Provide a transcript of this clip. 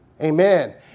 Amen